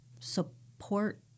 support